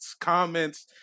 comments